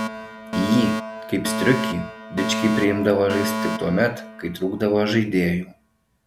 jį kaip striukį dičkiai priimdavo žaisti tik tuomet kai trūkdavo žaidėjų